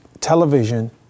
television